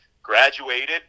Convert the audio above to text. graduated